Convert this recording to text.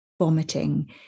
vomiting